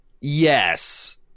yes